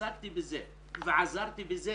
התעסקתי בזה ועסקתי בזה